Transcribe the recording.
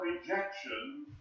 rejection